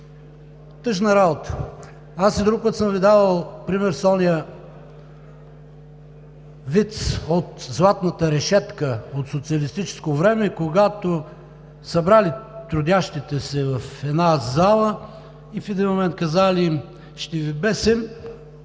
тъжна работа. Аз и друг път съм Ви давал пример с онзи виц от златната решетка от социалистическо време, когато събрали трудещите се в една зала и в един момент им казали: „Ще Ви бесим!“